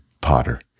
potter